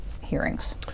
hearings